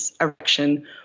erection